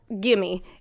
gimme